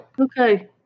Okay